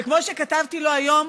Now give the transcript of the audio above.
וכמו שכתבתי לו היום,